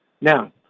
now